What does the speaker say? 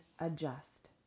adjust